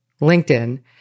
LinkedIn